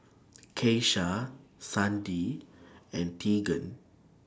Keisha Sandi and Teagan